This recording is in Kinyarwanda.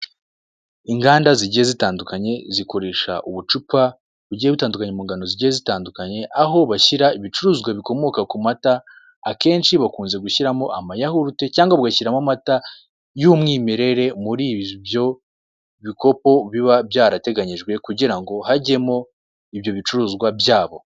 Inganda zigiye zitandukanye zikoresha ubucupa bugiye butandukanye, mu ngano zigiye zitandukanye, aho bashyira ibicuruzwa bikomoka ku mata. Akenshi bakunze gushyiramo amayahurute cyangwa bagashyiramo amata y'umwimerere muri ibyo bikopo biba byarateganyijwe, kugira ngo hajyemo ibyo bicuruzwa byabo.